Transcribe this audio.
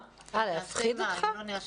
להפחיד שמה?